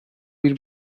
bir